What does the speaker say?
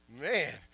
Man